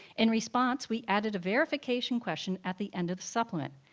in response, we added a verification question at the end of the supplement.